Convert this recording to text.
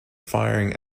firing